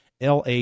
LA